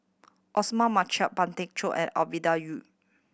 Osman Merican Pang Teck Joon and Ovidia Yu